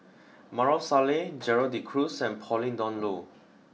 Maarof Salleh Gerald De Cruz and Pauline Dawn Loh